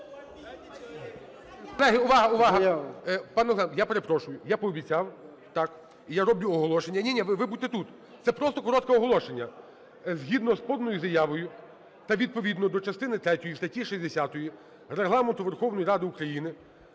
Колеги, увага, увага! Пане Олександре, я перепрошую. Я пообіцяв, і я роблю оголошення. Ні-ні, ви будьте тут, це просто коротке оголошення. Згідно з поданою заявою та відповідно до частини третьої статті 60 Регламенту Верховної Ради України